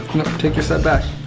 take your side back.